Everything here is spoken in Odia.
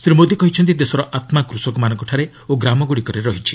ଶ୍ରୀ ମୋଦି କହିଛନ୍ତି ଦେଶର ଆତ୍କା କୃଷକମାନଙ୍କଠାରେ ଓ ଗ୍ରାମଗୁଡ଼ିକରେ ରହିଛି